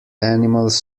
animals